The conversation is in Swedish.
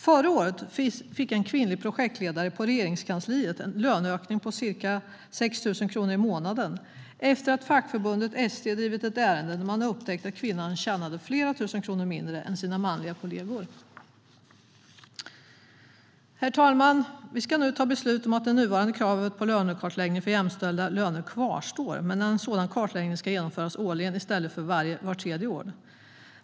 Förra året fick en kvinnlig projektledare på Regeringskansliet en löneökning på ca 6 000 kronor i månaden efter att fackförbundet ST drivit ett ärende när man hade upptäckt att kvinnan tjänade flera tusen kronor mindre än sina manliga kol-legor. Herr talman! Vi ska nu fatta beslut om att det nuvarande kravet på en lönekartläggning för jämställda löner kvarstår, men en sådan kartläggning ska genomföras årligen i stället för vart tredje år.